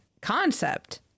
concept